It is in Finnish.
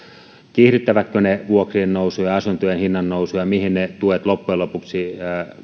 kiihdyttävätkö ne vuokrien nousuja asuntojen hinnannousuja mihin ne tuet loppujen lopuksi